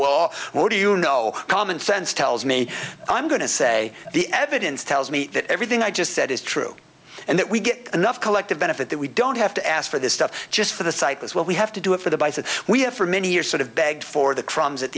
do you know common sense tells me i'm going to say the evidence tells me that everything i just said is true and that we get enough collective benefit that we don't have to ask for this stuff just for the cyclists what we have to do it for the bike that we have for many years sort of beg for the crumbs at